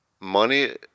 money